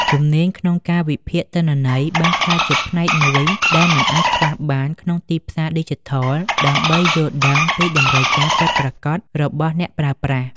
ជំនាញក្នុងការវិភាគទិន្នន័យ បានក្លាយជាផ្នែកមួយដែលមិនអាចខ្វះបានក្នុងទីផ្សារឌីជីថល ដើម្បីយល់ដឹងពីតម្រូវការពិតប្រាកដរបស់អ្នកប្រើប្រាស់។